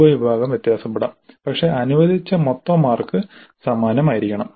ഉപവിഭാഗം വ്യത്യാസപ്പെടാം പക്ഷേ അനുവദിച്ച മൊത്തം മാർക്ക് സമാനമായിരിക്കണം